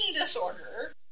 disorder